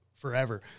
Forever